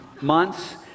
months